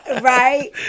Right